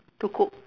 to cook